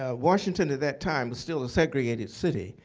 ah washington, at that time was still a segregated city,